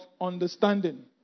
understanding